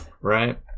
right